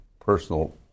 personal